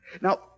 Now